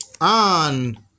on